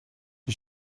die